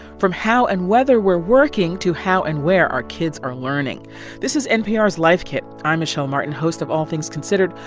from how and whether we're working to how and where our kids are learning this is npr's life kit. i'm michel martin, host of all things considered.